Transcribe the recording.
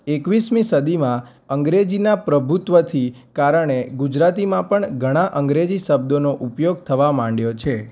એકવીસમી સદીમાં અંગ્રેજીના પ્રભુત્વથી કારણે ગુજરાતીમાં પણ ઘણા અંગ્રેજી શબ્દોનો ઉપયોગ થવા માંડ્યો છે